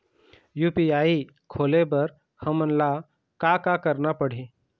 UPI खोले बर हमन ला का का करना पड़ही?